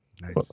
Nice